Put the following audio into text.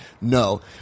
No